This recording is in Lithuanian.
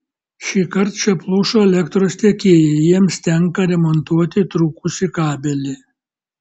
šįkart čia pluša elektros tiekėjai jiems tenka remontuoti trūkusį kabelį